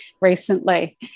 recently